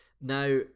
now